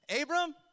Abram